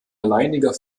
alleiniger